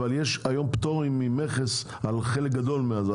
אבל יש היום פטור ממכס על חלק גדול מהדברים.